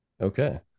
Okay